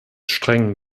streng